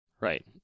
Right